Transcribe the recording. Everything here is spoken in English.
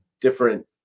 different